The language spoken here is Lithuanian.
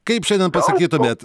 kaip šiandien pasakytumėt